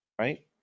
Right